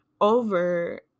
over